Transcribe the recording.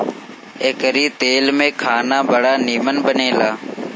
एकरी तेल में खाना बड़ा निमन बनेला